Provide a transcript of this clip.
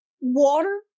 water